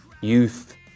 youth